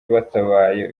batabaye